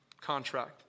contract